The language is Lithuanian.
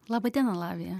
laba diena lavija